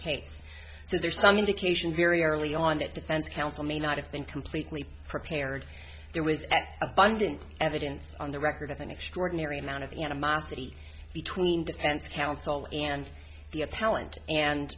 case so there's some indications very early on that defense counsel may not have been completely prepared there was abundant evidence on the record of an extraordinary amount of animosity between defense counsel and the of talent and